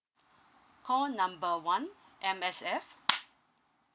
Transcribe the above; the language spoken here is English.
call number one M_S_F